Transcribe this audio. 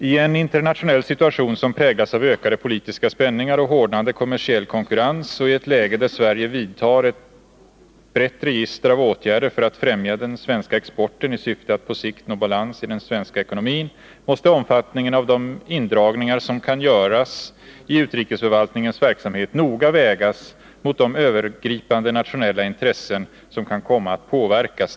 I en internationell situation som präglas av ökade politiska spänningar och hårdnande kommersiell konkurrens och i ett läge där Sverige vidtar ett brett register av åtgärder för att främja den svenska exporten i syfte att på sikt nå balans i den svenska ekonomin, måste omfattningen av de indragningar som kan göras i utrikesförvaltningens verksamhet noga vägas mot de övergripande nationella intressen som kan komma att påverkas.